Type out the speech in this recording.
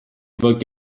fod